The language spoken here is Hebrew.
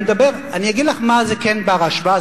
אני אגיד לך מה כן בר-השוואה.